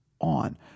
on